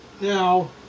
Now